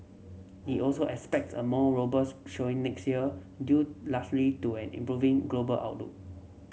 it also expects a more robust showing next year due largely to an improving global outlook